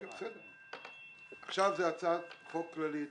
זאת הצעת חוק כללית.